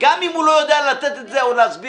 גם אם הוא לא יודע לתת את זה או להסביר